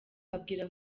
abwira